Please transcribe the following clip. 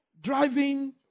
driving